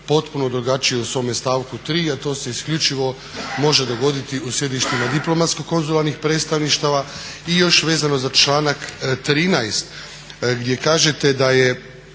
potpuno drugačije u svome stavku 3. a to se isključivo može dogoditi u sjedištima diplomatsko konzularnih predstavništava. I još vezano za članak 13. gdje kažete: "Da su